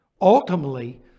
Ultimately